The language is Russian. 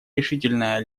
решительное